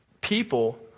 people